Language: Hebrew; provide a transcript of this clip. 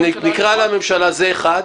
נקרא לממשלה, זה אחד.